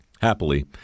Happily